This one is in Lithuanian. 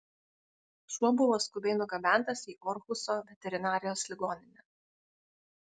šuo buvo skubiai nugabentas į orhuso veterinarijos ligoninę